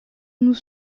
nous